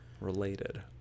related